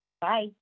Bye